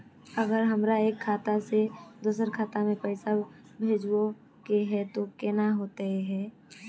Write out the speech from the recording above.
अगर हमरा एक खाता से दोसर खाता में पैसा भेजोहो के है तो केना होते है?